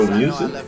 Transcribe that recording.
music